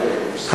מס'